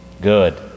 Good